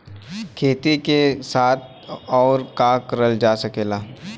खेती के साथ अउर का कइल जा सकेला?